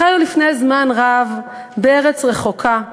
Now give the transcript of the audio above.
חיו לפני זמן רב בארץ רחוקה,